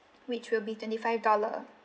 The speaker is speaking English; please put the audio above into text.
which will be twenty five dollar